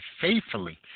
faithfully